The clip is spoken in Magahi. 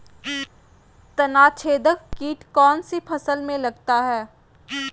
तनाछेदक किट कौन सी फसल में लगता है?